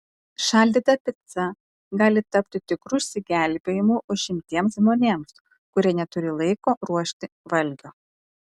šaldyta pica gali tapti tikru išsigelbėjimu užimtiems žmonėms kurie neturi laiko ruošti valgio